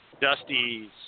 Dusty's